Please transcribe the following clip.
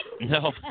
No